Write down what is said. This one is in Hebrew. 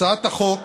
הצעת החוק